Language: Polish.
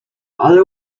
ale